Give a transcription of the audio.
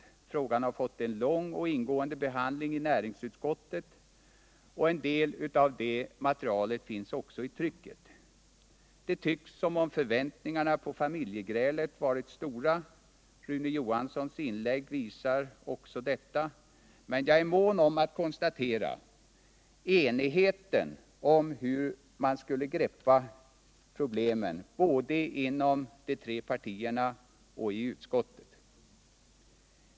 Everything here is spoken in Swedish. Frågan har som sagt varit föremål för en lång och ingående behandling i näringsutskottet, och en del av det materialet finns också med i trycket. Det tycks som som förväntningarna på familjegrälet hade varit stora. Rune Johanssons inlägg visar detta. Men jag är mån om att konstatera den enighet som rått både inom de tre regeringspartierna och i utskottet när det gällt att greppa dessa oroblem.